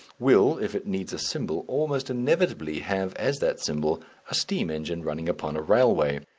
will, if it needs a symbol, almost inevitably have as that symbol a steam engine running upon a railway.